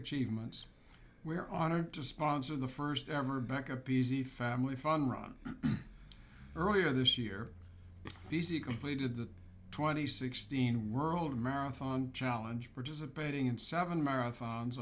achievements we're honored to sponsor the first ever back up easy family fun run earlier this year the z completed the twenty sixteen world marathon challenge participating in seven marathons